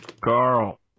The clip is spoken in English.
Carl